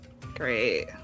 Great